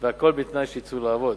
והכול בתנאי שיצאו לעבוד.